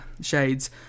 shades